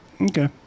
Okay